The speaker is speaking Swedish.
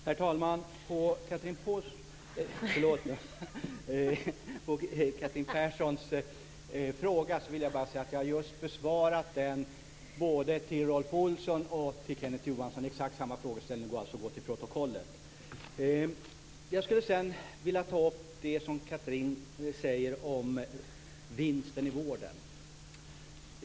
Herr talman! När det gäller Catherine Perssons fråga vill jag bara säga att jag just har besvarat den. Det svaret gav jag nämligen både till Rolf Olsson och till Kenneth Johansson - det är exakt samma frågeställning; det är bara att gå till protokollet för att se det. Catherine Persson talar om vinsten i vården.